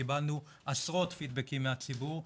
קיבלנו עשרות פידבקים מהציבור,